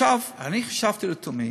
חשבתי לתומי